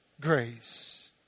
grace